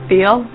Feel